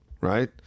right